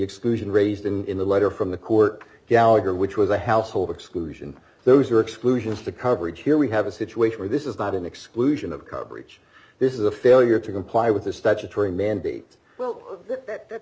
exclusion raised in the letter from the court gallagher which was a household exclusion those are exclusions to coverage here we have a situation where this is not an exclusion of coverage this is a failure to comply with the statutory mandate